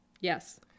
Yes